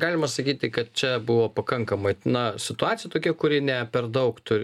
galima sakyti kad čia buvo pakankamai na situacija tokia kuri ne per daug tu